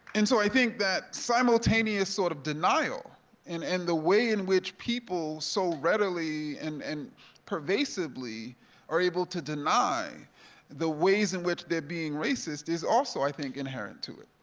and so i think that simultaneous sort of denial and the way in which people so readily and and pervasively are able to deny the ways in which they're being racist is also, i think inherent to it.